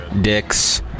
Dick's